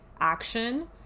action